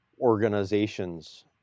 organizations